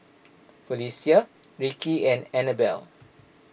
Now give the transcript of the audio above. Felecia Rickie and Anabelle